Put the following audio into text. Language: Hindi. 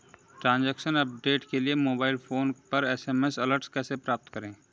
ट्रैन्ज़ैक्शन अपडेट के लिए मोबाइल फोन पर एस.एम.एस अलर्ट कैसे प्राप्त करें?